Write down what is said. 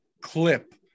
clip